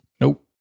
nope